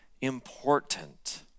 important